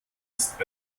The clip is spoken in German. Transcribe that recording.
ist